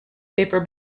paper